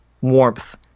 warmth